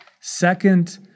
second